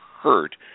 hurt